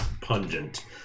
pungent